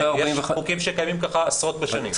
יש חוקים שקיימים ככה עשרות בשנים.